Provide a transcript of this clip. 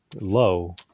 low